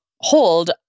hold